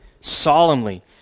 solemnly